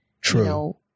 True